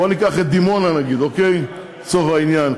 בואו ניקח את דימונה, נגיד, לצורך העניין.